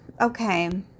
okay